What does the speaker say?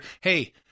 hey